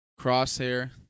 crosshair